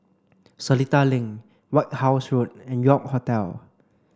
Seletar Link White House Road and York Hotel